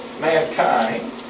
mankind